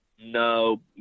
No